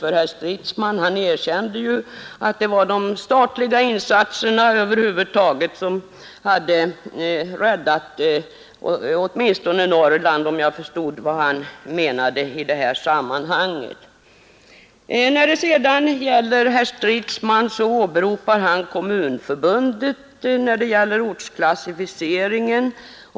Herr Stridsman erkände, om jag fattade honom rätt, att det var de statliga insatserna som hade räddat Norrland. Herr Stridsman åberopade i frågan om ortsklassificeringen Kommunförbundets remissyttrande.